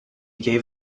gave